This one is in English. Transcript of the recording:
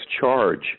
charge